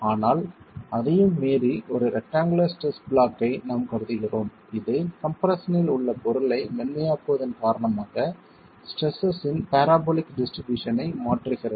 ஆனால் அதையும் மீறி ஒரு ரெக்ட்டாங்குலார் ஸ்ட்ரெஸ் பிளாக் ஐ நாம் கருதுகிறோம் இது கம்ப்ரெஸ்ஸனில் உள்ள பொருளை மென்மையாக்குவதன் காரணமாக ஸ்ட்ரெஸ்ஸஸ்ன் பராபோலிக் டிஸ்ட்ரிபியூஷன்னை மாற்றுகிறது